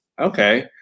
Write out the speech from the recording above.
Okay